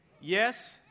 yes